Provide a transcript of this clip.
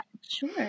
Sure